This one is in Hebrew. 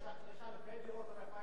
יש אלפי דירות רפאים.